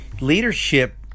Leadership